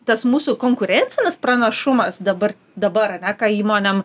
tas mūsų konkurencinis pranašumas dabar dabar ane ką įmonėm